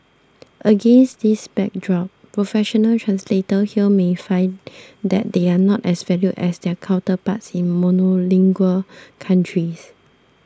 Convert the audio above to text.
against this backdrop professional translators here may find that they are not as valued as their counterparts in monolingual countries